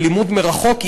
בלימוד מרחוק,